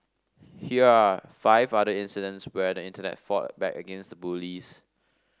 here are five other incidents where the Internet fought back against the bullies